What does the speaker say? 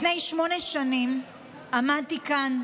לפני שמונה שנים עמדתי כאן,